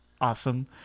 awesome